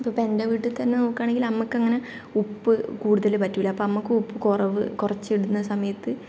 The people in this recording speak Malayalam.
അതിപ്പോൾ എൻ്റെ വീട്ടിൽ തന്നെ നോക്കുവാണെങ്കിൽ അമ്മയ്ക്ക് അങ്ങനെ ഉപ്പ് കൂടുതൽ പറ്റില്ല അപ്പോൾ അമ്മയ്ക്ക് ഉപ്പ് കുറവ് കുറച്ചിടുന്ന സമയത്ത്